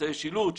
אמצעי שילוט,